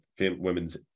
women's